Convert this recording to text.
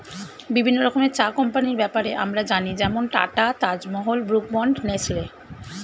বিভিন্ন রকমের চা কোম্পানির ব্যাপারে আমরা জানি যেমন Tata, Taj Mahal, Brooke Bond, Nestle